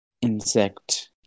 insect